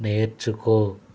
నేర్చుకో